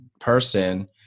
person –